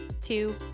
two